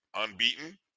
unbeaten